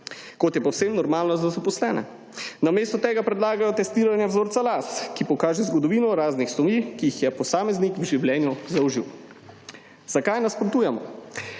kot je povsem normalno za zaposlene. Namesto tega predlagajo testiranja vzorca las, ki pokaže zgodovino raznih snovi, ki jih je posameznik v življenju zaužil. Zakaj nasprotujemo?